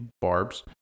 barbs